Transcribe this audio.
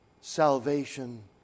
salvation